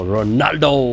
Ronaldo